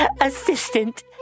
assistant